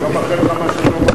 אני לא מאחל לך מה שאני לא מאחל לי.